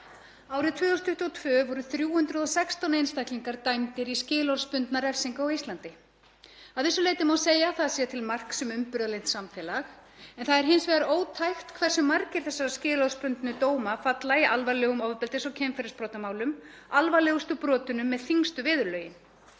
Árið 2022 voru 316 einstaklingar dæmdir í skilorðsbundna refsingu á Íslandi. Að vissu leyti má segja að það sé til marks um umburðarlynt samfélag en það er hins vegar ótækt hversu margir þessara skilorðsbundnu dóma falla í alvarlegum ofbeldis- og kynferðisbrotamálum, alvarlegustu brotunum með þyngstu viðurlögin.